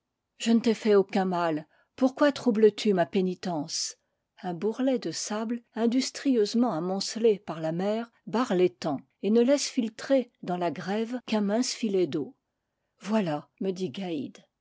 je ne t'ai fait aucun mal pourquoi troubles-tu ma pénitence un bourrelet de sables industrieusement amoncelés par la mer barre l'étang et ne laisse filtrer dans la grève qu'un mince filet d'eau voilà me dit gaïd